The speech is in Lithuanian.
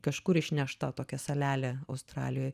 kažkur išnešta tokia salelė australijoj